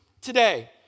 Today